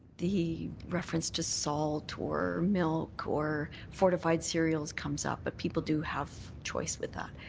the reference to salt or milk or fortified cereals comes up. but people do have choice with that.